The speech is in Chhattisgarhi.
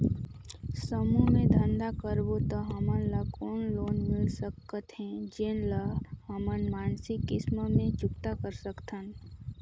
समूह मे धंधा करबो त हमन ल कौन लोन मिल सकत हे, जेन ल हमन मासिक किस्त मे चुकता कर सकथन?